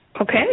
Okay